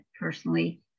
personally